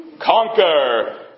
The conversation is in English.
conquer